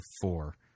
four